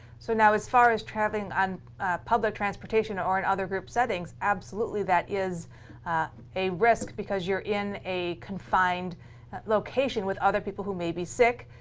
so now, as far as traveling on public transportation or in other group settings, absolutely that is a risk, because you're in a confined location with other people who may be sick.